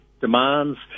demands